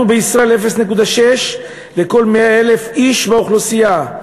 אנחנו בישראל 0.6 לכל 100,000 איש באוכלוסייה,